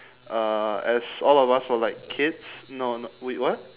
uh as all of us were like kids no no wait what